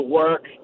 work